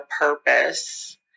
purpose